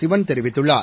சிவன் தெரிவித்துள்ளார்